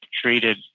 treated